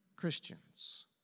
Christians